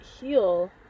heal